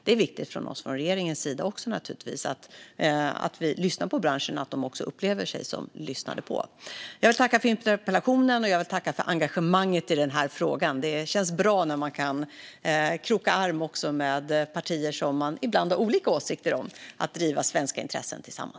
Det är viktigt för oss från regeringens sida att vi lyssnar på branschen och att de också upplever sig som lyssnade på. Jag vill tacka för interpellationen, och jag vill tacka för engagemanget i denna fråga. Det känns bra när man kan kroka arm, och driva svenska intressen, också med partier som man inte alltid delar åsikter med.